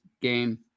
game